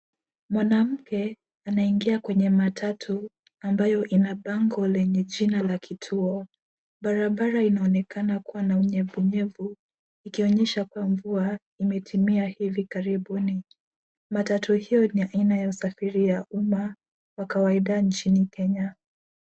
Mwanamke anaingia kwenye matatu ambayo lina bango lenye jina ya kituo, barabara inaonekana kuwa na unyevunyevu ikionyesha kuwa mvua imetimia hivi karibuni, matatu hiyo ni ya aina ya usafiri wa umma wa kawaida nchini Kenya.